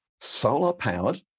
solar-powered